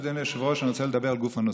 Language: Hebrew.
אדוני היושב-ראש, אני רוצה לדבר לגוף הנושא.